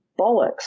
bollocks